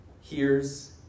hears